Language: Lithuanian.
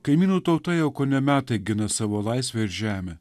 kaimynų tauta jau kone metai gina savo laisvę ir žemę